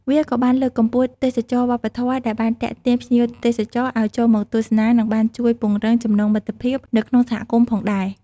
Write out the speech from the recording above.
វាក៏បានលើកកម្ពស់ ទេសចរណ៍វប្បធម៌ ដែលបានទាក់ទាញភ្ញៀវទេសចរឱ្យចូលមកទស្សនា និងបានជួយ ពង្រឹងចំណងមិត្តភាព នៅក្នុងសហគមន៍ផងដែរ។